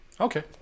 Okay